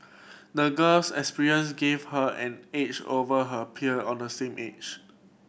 the girl's experience gave her an edge over her peer on the same age